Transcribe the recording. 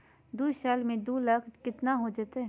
दू साल में दू लाख केतना हो जयते?